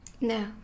No